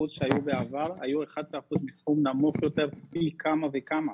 שהיו בעבר היו 11% מסכום נמוך יותר פי כמה וכמה.